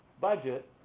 budget